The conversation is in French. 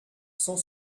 cent